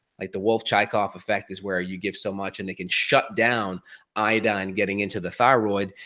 like the wolff-chaikoff effect is where you give so much and it can shutdown iodine getting into the thyroid,